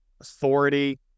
authority